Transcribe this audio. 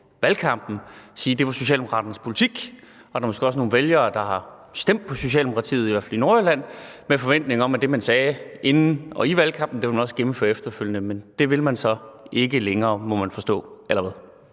sige, at det var Socialdemokraternes politik. Og der er måske også nogle vælgere, der har stemt på Socialdemokratiet, i hvert fald i Nordjylland, med forventningen om, at det, man sagde inden og i valgkampen, var noget, man også ville gennemføre efterfølgende. Men det vil man ikke længere, må man forstå; eller hvad?